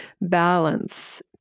balance